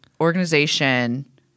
organization